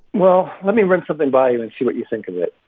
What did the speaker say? well, let me run something by you and see what you think of it.